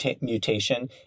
mutation